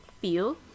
feel